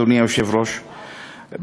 אדוני היושב-ראש,